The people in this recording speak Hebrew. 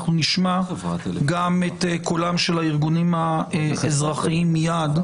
אנחנו נשמע גם את כולם של הארגונים האזרחיים מיד,